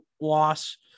loss